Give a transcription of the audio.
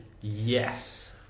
Yes